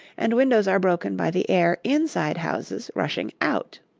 and windows are broken by the air inside houses rushing out.